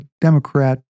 Democrat